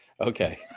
Okay